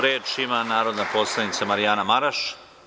Reč ima narodna poslanica Marijana Maraš.